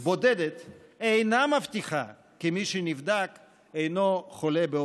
בודדת אינה מבטיחה באופן מלא כי מי שנבדק אינו חולה.